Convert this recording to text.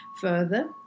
further